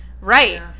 Right